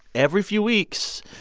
every few weeks,